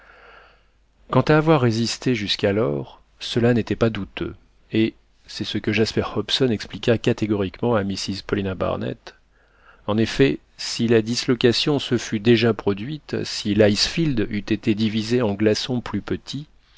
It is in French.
quant à avoir résisté jusqu'alors cela n'était pas douteux et c'est ce que jasper hobson expliqua catégoriquement à mrs paulina barnett en effet si la dislocation se fût déjà produite si l'icefield eût été divisé en glaçons plus petits